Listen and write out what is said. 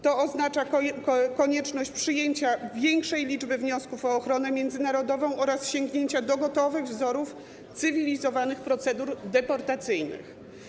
To oznacza konieczność przyjęcia większej liczby wniosków o ochronę międzynarodową oraz sięgnięcia do gotowych wzorów cywilizowanych procedur deportacyjnych.